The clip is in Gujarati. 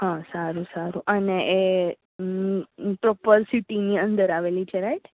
હા સારું સારું અને અને એ પ્રોપર સિટીની અંદર આવેલી છે રાઇટ